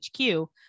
HQ